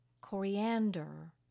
coriander